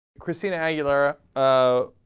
christina aguilar ah.